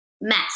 mess